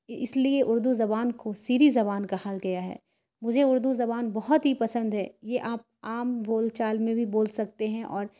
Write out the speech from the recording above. اس لیے اردو زبان کو شیریں زبان کہا گیا ہے مجھے اردو زبان بہت ہی پسند ہے یہ آپ عام بول چال میں بھی بول سکتے ہیں اور